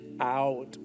out